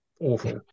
awful